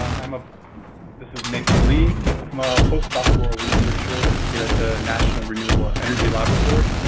i'm a this is nathan lee. i'm a postdoctoral researcher here at the national renewable energy laboratory.